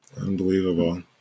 Unbelievable